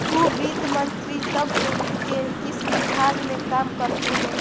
तु वित्त मंत्रित्व के किस विभाग में काम करलु हे?